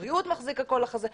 הבריאות מחזיק קרוב לחזה,